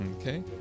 Okay